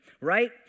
right